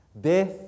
Death